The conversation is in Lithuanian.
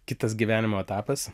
kitas gyvenimo etapas